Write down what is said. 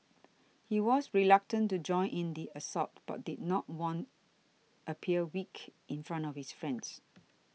he was reluctant to join in the assault but did not want appear weak in front of his friends